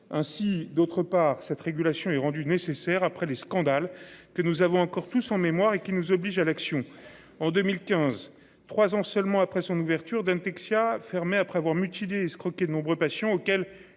Ainsi, d'autre part cette régulation est rendue nécessaire après les scandales que nous avons encore tous en mémoire et qui nous oblige à l'action en 2015 3 ans seulement après son ouverture d'un Dexia fermé après avoir mutilé escroqué de nombreux patients auxquels